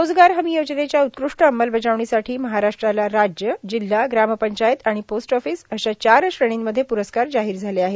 रोजगार हमी योजनेच्या उत्कृष्ट अंमलबाजवणीसाठी महाराष्ट्राला राज्य जिल्हा ग्रामपंचायत आणि पोस्ट ऑफीस अशा चार श्रेर्णीमध्ये प्रस्कार जाहीर झाले आहेत